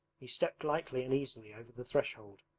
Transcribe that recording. he stepped lightly and easily over the threshold,